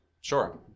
sure